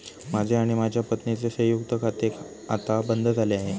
माझे आणि माझ्या पत्नीचे संयुक्त खाते आता बंद झाले आहे